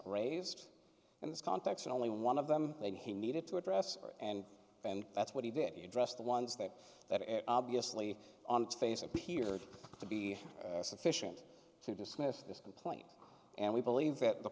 raised in this context and only one of them that he needed to address and and that's what he did he addressed the ones that that obviously on its face appeared to be sufficient to dismiss this complaint and we believe that the